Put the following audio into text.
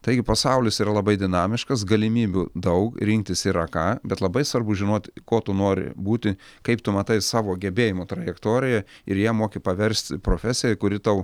taigi pasaulis yra labai dinamiškas galimybių daug rinktis yra ką bet labai svarbu žinot kuo tu nori būti kaip tu matai savo gebėjimo trajektoriją ir ją moki paversti profesija kuri tau